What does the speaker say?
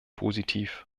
positiv